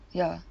ya